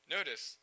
Notice